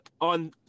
on